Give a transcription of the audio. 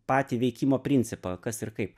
patį veikimo principą kas ir kaip